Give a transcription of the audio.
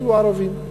היו ערבים,